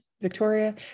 Victoria